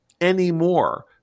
anymore